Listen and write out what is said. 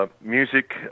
music